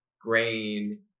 grain